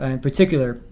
in particular,